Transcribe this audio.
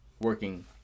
working